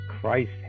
Christ